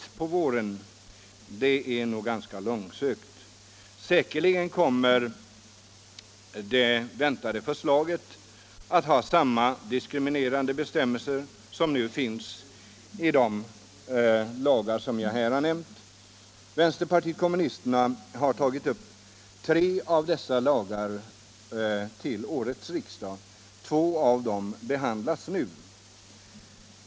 Det är ganska långsökt. Säkerligen kommer det väntade förslaget att ha samma diskriminerande bestämmelser som de som nu finns i de här nämnda lagarna. Vänsterpartiet kommunisterna har tagit upp tre av dessa lagar i riksdagen, och två av dem behandlas nu.